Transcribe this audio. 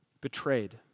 Betrayed